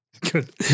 Good